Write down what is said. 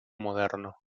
moderno